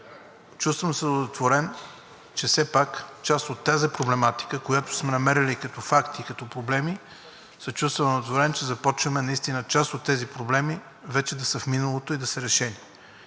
Чувствам се удовлетворен, че все пак част от тази проблематика, която сме намерили като факти и като проблеми, се чувствам удовлетворен, че започваме, наистина част от тези проблеми вече да са в миналото и да са решени.